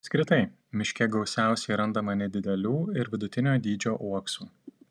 apskritai miške gausiausiai randama nedidelių ir vidutinio dydžio uoksų